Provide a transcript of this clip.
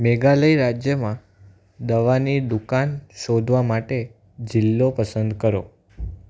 મેઘાલય રાજ્યમાં દવાની દુકાન શોધવા માટે જિલ્લો પસંદ કરો